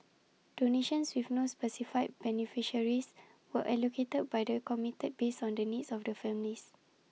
donations with no specified beneficiaries were allocated by the committee based on the needs of the families